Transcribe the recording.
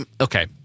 okay